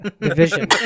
division